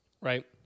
Right